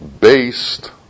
based